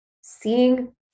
seeing